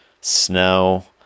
snow